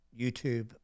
YouTube